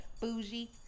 bougie